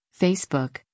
Facebook